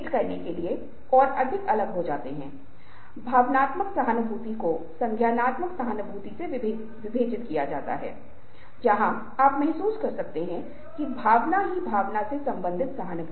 इसलिए गैर मौखिक पहलुओं पर बातचीत के संदर्भ में बॉडी लैंग्वेज बहुत महत्वपूर्ण भूमिका निभाती है दूरी की भावना बहुत महत्वपूर्ण भूमिका निभाती है तब भी जब आप किसी कॉफी टेबल पर किसी के साथ बातचीत कर रहे हों